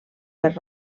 per